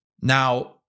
Now